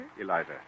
Eliza